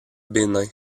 bénin